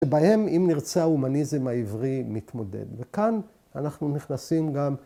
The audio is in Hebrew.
‫שבהם, אם נרצה, ‫ההומניזם העברי מתמודד. ‫וכאן אנחנו נכנסים גם...